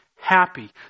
happy